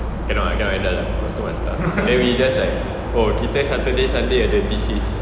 cannot ah cannot handle lah got too much stuff then we just like oh kita saturday sunday ada thesis